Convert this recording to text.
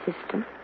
system